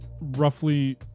Roughly